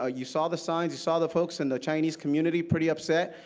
ah you saw the signs. you saw the folks in the chinese community pretty upset.